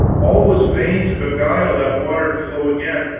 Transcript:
all was vain to beguile that water to flow again.